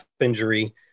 injury